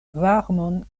varmon